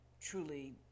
truly